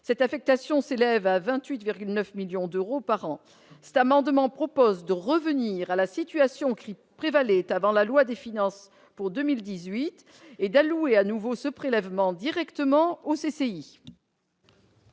Cette affectation s'élève à 28,9 millions d'euros par an. Cet amendement propose de revenir à la situation qui prévalait avant la loi de finances pour 2010, en allouant à nouveau ce prélèvement directement aux CCI.